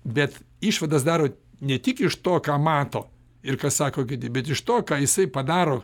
bet išvadas daro ne tik iš to ką mato ir ką sako kiti bet iš to ką jisai padaro